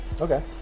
Okay